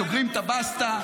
סוגרים את הבסטה,